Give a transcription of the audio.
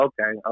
okay